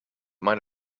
might